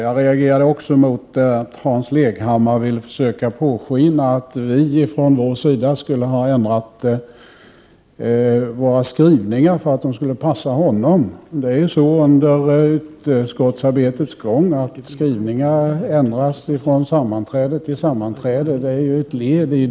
Jag reagerade också mot att Hans Leghammar vill försöka påskina att vi från centern skulle ha ändrat våra skrivningar för att de skulle passa honom. Skrivningar ändras från sammanträde till sammanträde under utskottsarbetets gång.